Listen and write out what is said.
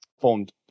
formed